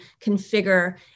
configure